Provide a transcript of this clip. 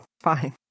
Fine